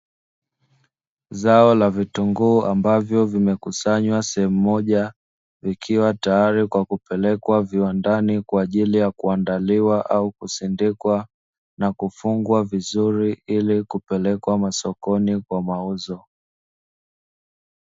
Zao la vitunguu ambavyo vimekusanywa sehemu moja, ikiwa tayari kwa kupelekwa viwandani kwa ajili ya kuandaliwa au kusindikwa, na kufungwa vizuri ili kupelekwa masokoni kwa mauzo.